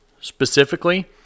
specifically